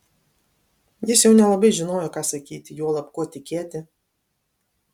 jis jau nelabai žinojo ką sakyti juolab kuo tikėti